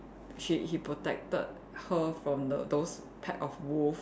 he he protected her from the those type of wolf